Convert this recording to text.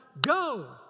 go